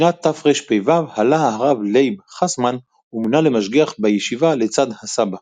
בשנת תרפ"ו עלה הרב לייב חסמן ומונה למשגיח בישיבה לצד "הסבא".